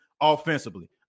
offensively